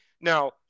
Now